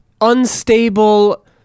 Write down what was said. unstable